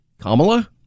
Kamala